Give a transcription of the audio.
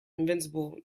invincible